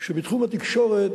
שבתחום התקשורת,